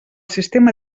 sistema